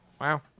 Wow